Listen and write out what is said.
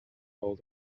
old